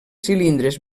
cilindres